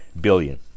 billion